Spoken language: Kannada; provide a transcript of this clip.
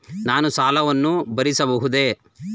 ನಾನು ಸಾಲವನ್ನು ಭರಿಸಬಹುದೇ?